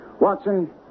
Watson